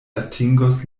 atingos